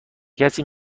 کسی